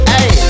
Hey